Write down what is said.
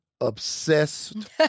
obsessed